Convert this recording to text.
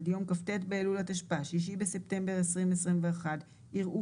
עד יום כ״ט באלול התשפ״א (6 בספטמבר 2021) יראו